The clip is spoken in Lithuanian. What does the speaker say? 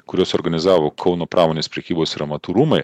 kuriuos organizavo kauno pramonės prekybos ir amatų rūmai